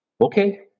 Okay